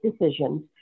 decisions